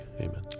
Amen